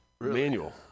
manual